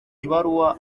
ibaruwa